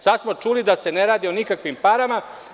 Sada smo čuli da se ne radi o nikakvim parama.